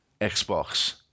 Xbox